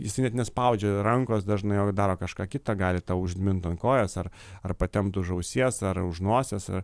jisai net nespaudžia rankos dažnai o daro kažką kita gali tau užmint ant kojos ar ar patempt už ausies ar už nosies ar